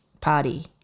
party